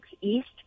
east